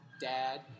dad